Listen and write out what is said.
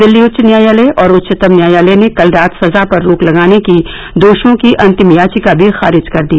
दिल्ली उच्च न्यायालय और उच्चतम न्यायालय ने कल रात सजा पर रोक लगाने की दोषियों की अंतिम याचिका भी खारिज कर दी